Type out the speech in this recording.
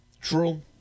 True